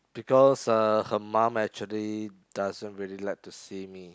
because uh her mum actually doesn't really like to see me